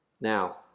now